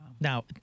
Now